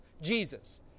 Jesus